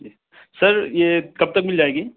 جی sir یہ کب تک مل جائے گی